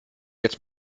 jetzt